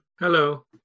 Hello